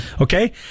Okay